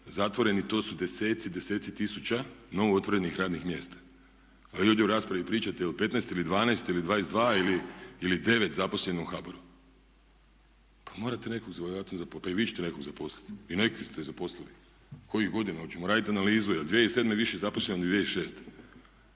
zatvoren i to su desetci, desetci tisuća novo otvorenih radnih mjesta. A vi ovdje u raspravi pričate o 15 ili 12 ili 22 ili 9 zaposlenih u HBOR-u. Pa morate nekog, ja sam, pa i vi ćete nekog zaposliti. I neka ste zaposlili. Kojih godina? Hoćemo radit analizu je li 2007. više zaposleno ili 2006.